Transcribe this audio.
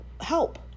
help